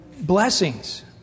blessings